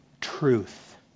truth